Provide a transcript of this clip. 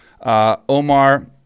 Omar